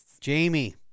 jamie